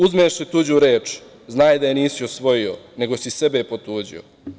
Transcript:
Uzmeš li tuđu reč, znaj da je nisi osvojio, nego si sebe potuđio.